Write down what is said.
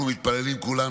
אנחנו מתפללים כולם